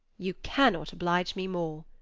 you cannot oblige me more,